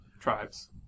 tribes